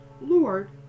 Lord